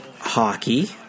hockey